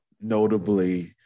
Notably